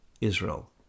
Israel